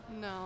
No